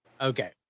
Okay